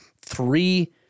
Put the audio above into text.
three